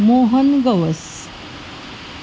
Mohan Gawas